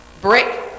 Brick